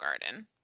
garden